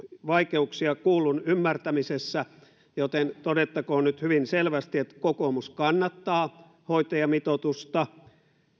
vaikeuksia kuullun ymmärtämisessä joten todettakoon nyt hyvin selvästi että kokoomus kannattaa hoitajamitoitusta